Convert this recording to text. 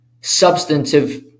substantive